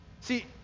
See